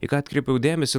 į ką atkreipiau dėmesį